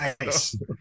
Nice